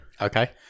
Okay